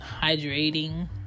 hydrating